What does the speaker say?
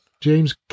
James